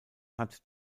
hat